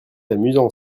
amusant